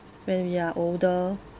when we are older